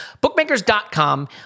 Bookmakers.com